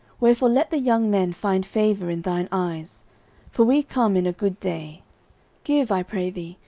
wherefore let the young men find favour in thine eyes for we come in a good day give, i pray thee,